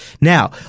Now